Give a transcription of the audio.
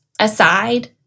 aside